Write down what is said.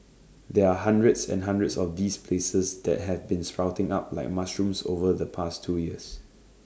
there are hundreds and hundreds of these places that have been sprouting up like mushrooms over the past two years